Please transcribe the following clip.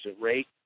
rate